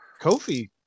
Kofi